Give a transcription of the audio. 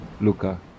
Luca